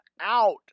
out